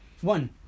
One